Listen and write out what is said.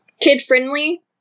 kid-friendly